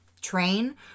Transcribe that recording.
train